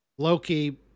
Loki